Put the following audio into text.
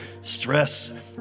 stress